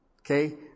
Okay